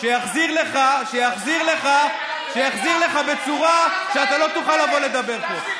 שיחזיר לך בצורה שאתה לא תוכל לבוא לדבר פה.